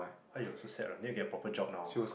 !aiyo! so sad right need to get a proper job now ah